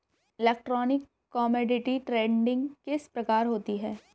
Electronic commodity trading किस प्रकार होती है?